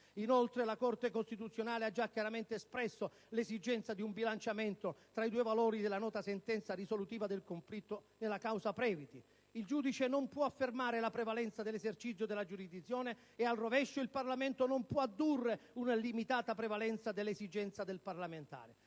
Inoltre, la Corte costituzionale ha già chiaramente espresso l'esigenza di un bilanciamento tra i due valori nella nota sentenza risolutiva del conflitto nella causa Previti. Il giudice non può affermare la prevalenza dell'esercizio della giurisdizione e, a rovescio, il Parlamento non può addurre una illimitata prevalenza dell'esigenza del parlamentare.